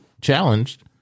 challenged